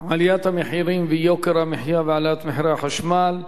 עליית המחירים ויוקר המחיה והעלאת מחירי החשמל,